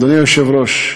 אדוני היושב-ראש,